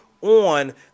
on